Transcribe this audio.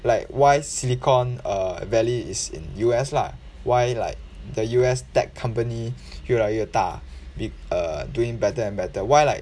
like why silicon valley is in U_S lah why like the U_S tech company 越来越大 big err doing better and better why like